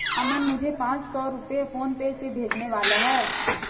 अमन मुझे पांच सौ रुपए फोनपे से भेजने वाला है